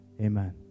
amen